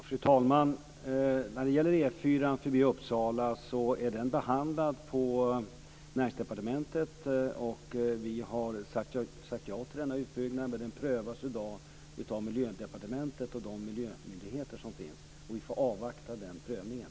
Fru talman! När det gäller E 4 förbi Uppsala är den frågan behandlad på Näringsdepartementet, och vi har sagt ja till denna utbyggnad. Frågan prövas i dag av Miljödepartementet och de miljömyndigheter som finns, och vi får avvakta den prövningen.